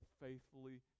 faithfully